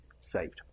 saved